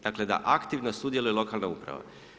Dakle, da aktivno sudjeluje lokalna uprava.